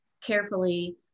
carefully